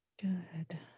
Good